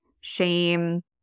shame